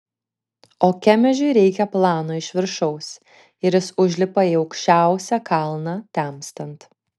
o kemežiui reikia plano iš viršaus ir jis užlipa į aukščiausią kalną temstant